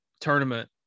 tournament